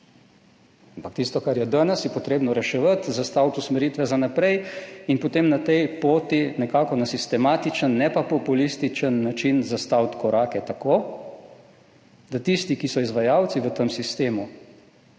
Ampak tisto, kar je danes, je potrebno reševati, zastaviti usmeritve za naprej in potem na tej poti nekako na sistematičen, ne pa populističen način zastaviti korake tako, da tisti, ki so izvajalci v tem sistemu,